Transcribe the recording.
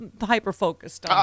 hyper-focused